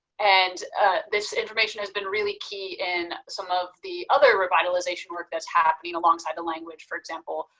and this information has been really key in some of the other revitalization work that's happening alongside the language. for example,